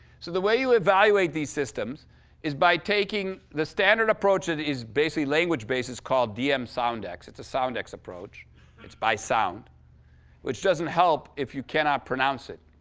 so the way you evaluate these systems is by taking the standard approach is basically language bases called d m soundex it's a soundex approach it's by sound which doesn't help if you cannot pronounce it.